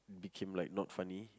became like not funny